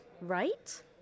right